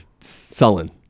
sullen